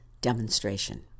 demonstration